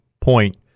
point